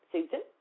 Susan